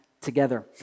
together